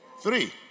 three